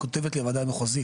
כותבת לי הוועדה המחוזית.